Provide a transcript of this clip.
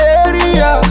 area